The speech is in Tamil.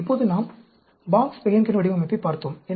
இப்போதுநாம் பாக்ஸ் பெஹன்கென் வடிவமைப்பைப் பார்த்தோம்